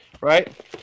Right